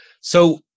So-